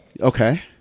Okay